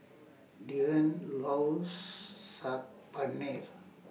Deven loves Saag Paneer